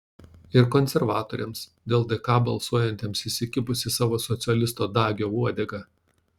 ir konservatoriams dėl dk balsuojantiems įsikibus į savo socialisto dagio uodegą